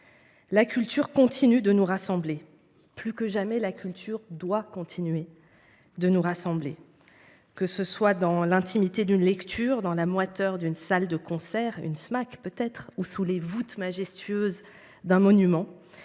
la culture continue de nous rassembler. Plus que jamais, elle doit nous rassembler. Que ce soit dans l’intimité d’une lecture, dans la moiteur d’une salle de concert – une Smac, peut être ?– ou sous les voûtes majestueuses d’un monument,